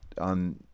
on